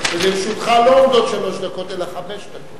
לא עומדות שלוש דקות אלא חמש דקות.